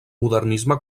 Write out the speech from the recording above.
modernisme